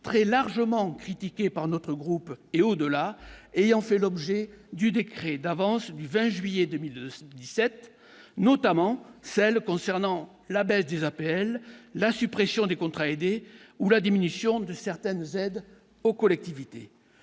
très largement critiqué par notre groupe et, au-delà, ayant fait l'objet du décret d'avance du 20 juillet 2017, notamment celles concernant la baisse des APL, la suppression des contrats aidés ou la diminution de certaines aides aux collectivités